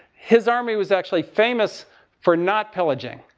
his army was actually famous for not pillaging.